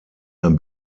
ein